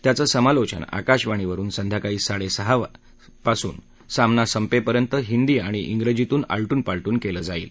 त्यांचं समालोचन आकाशवाणीवरुन संध्याकाळी साडे सहापासून सामना संपेपर्यंत हिंदी आणि श्रेजीतून आलटून पालटून केलं जाईल